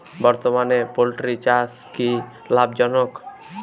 বর্তমানে পোলট্রি চাষ কি লাভজনক?